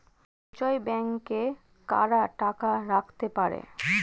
সঞ্চয় ব্যাংকে কারা টাকা রাখতে পারে?